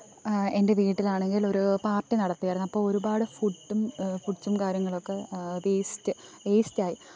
എന്റെ വീട്ടിലാണെങ്കിൽ ഒരു പാര്ട്ടി നടത്തിയായിരുന്നു അപ്പം ഒരുപാട് ഫുട്ടും ഫുഡ്സും കാര്യങ്ങളൊക്കെ വേസ്റ്റ് വേസ്റ്റ് ആയി